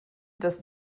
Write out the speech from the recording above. das